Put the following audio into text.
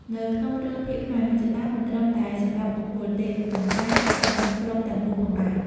នៅក្នុងរឿងភាគខ្មែរ មហិច្ឆតា មិនត្រឹមតែសម្រាប់បុគ្គលទេ ប៉ុន្តែសម្រាប់ ក្រុមទាំងមូលផងដែរ។